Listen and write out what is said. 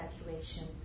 evacuation